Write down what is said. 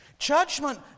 Judgment